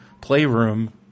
playroom